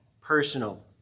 personal